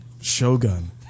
Shogun